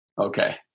okay